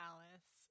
Alice